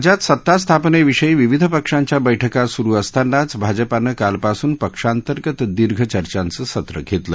राज्यात सत्ता स्थापनेविषयी विविध पक्षांच्या बैठका सुरु असतानाच भाजपानं कालपासून पक्षांतर्गत दीर्घ चर्चाच सत्र घेतलं